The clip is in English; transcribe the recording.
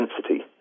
density